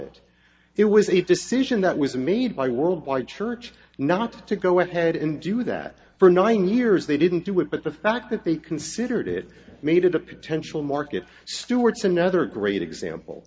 it it was a decision that was made by worldwide church not to go ahead and do that for nine years they didn't do it but the fact that they considered it made it a potential market stewart's another great example